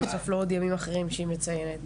בנוסף לעוד ימים אחרים שהיא מציינת.